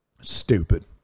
Stupid